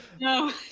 No